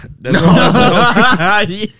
No